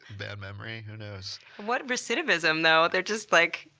bad memory? who knows. what recidivism though. they're just like,